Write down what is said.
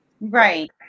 right